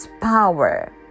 power